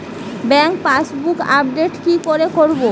Bank passbook update কি করে করবো?